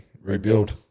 rebuild